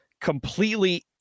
completely